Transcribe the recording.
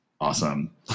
awesome